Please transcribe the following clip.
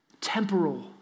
temporal